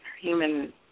human